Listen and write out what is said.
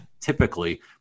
typically